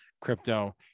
crypto